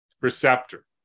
receptor